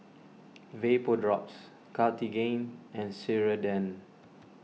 Vapodrops Cartigain and Ceradan